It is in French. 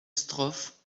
strophe